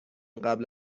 قبل